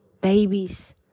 babies